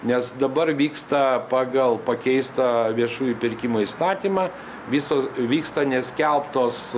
nes dabar vyksta pagal pakeistą viešųjų pirkimų įstatymą visos vyksta neskelbtos